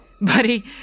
Buddy